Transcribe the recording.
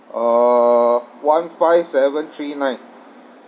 uh one five seven three nine